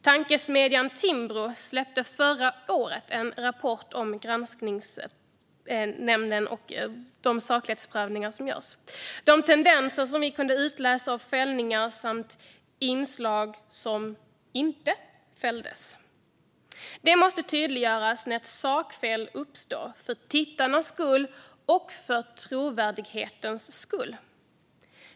Tankesmedjan Timbro släppte förra året en rapport om granskningsnämnden och de saklighetsprövningar som görs, där vi kunde utläsa tendenser av fällningar samt inslag som inte fälldes. För tittarnas och för trovärdighetens skull måste det tydliggöras när ett sakfel uppstår.